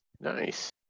nice